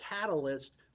catalyst